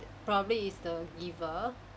probably it's the giver